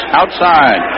outside